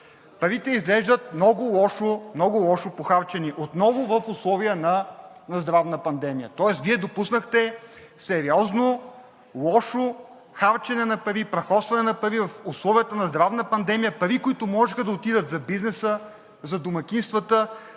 парите изглеждат много лошо похарчени отново в условия на здравна пандемия. Тоест, Вие допуснахте сериозно лошо харчене на пари, прахосване на пари в условията на здравна пандемия, пари, които можеха да отидат за бизнеса, за домакинствата,